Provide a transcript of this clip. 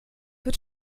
wird